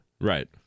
Right